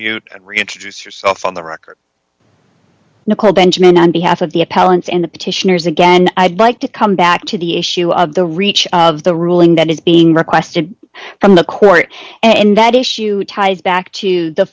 mute reintroduce yourself on the record nicole benjamin on behalf of the appellant's and the petitioners again i'd like to come back to the issue of the reach of the ruling that is being requested from the court and that issue ties back to the